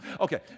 Okay